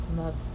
love